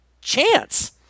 chance